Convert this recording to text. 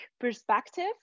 perspective